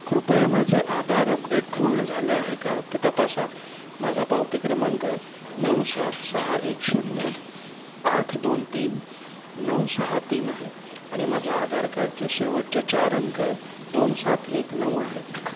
कृपया माझे आधार अपडेट पूर्ण झाले आहे का ते तपासा माझा पावती क्रमांक नऊ सात सहा एक शून्य आठ दोन तीन नऊ सहा तीन आहे आणि माझ्या आधार कार्डचे शेवटचे चार अंक दोन सात एक नऊ आहेत